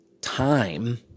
time